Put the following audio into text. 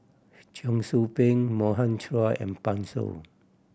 Cheong Soo Pieng Morgan Chua and Pan Shou